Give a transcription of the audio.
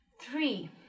three